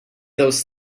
those